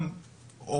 לא,